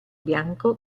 bianco